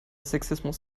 sexismus